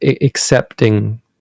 accepting